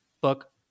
book